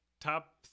top